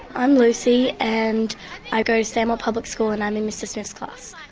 i'm lucy, and i go to stanmore public school and i'm in mr smith's class.